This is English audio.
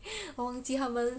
我忘记他们